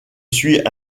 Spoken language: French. suis